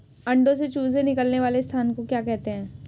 अंडों से चूजे निकलने वाले स्थान को क्या कहते हैं?